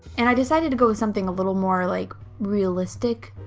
and i decided to go with something a little more like realistic?